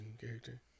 character